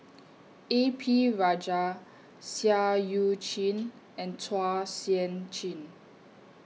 A P Rajah Seah EU Chin and Chua Sian Chin